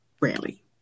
rarely